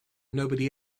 nobody